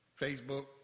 Facebook